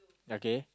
okay